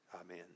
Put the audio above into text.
Amen